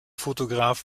fotograf